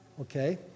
Okay